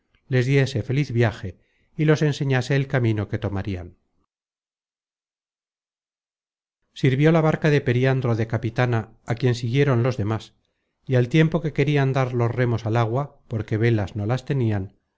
from google book search generated at sirvió la barca de periandro de capitana á quien siguieron los demas y al tiempo que querian dar los remos al agua porque velas no las tenian